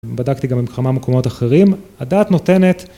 בדקתי גם עם כמה מקומות אחרים, הדעת נותנת